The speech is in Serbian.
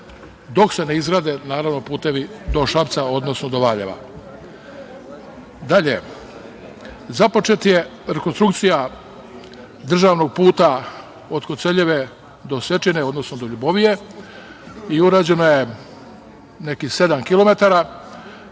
dok se ne izgrade putevi do Šapca, odnosno do Valjeva. Započeta je rekonstrukcija državnog puta od Koceljeve do Osečine, odnosno do Ljubovije i urađeno je nekih sedam kilometara.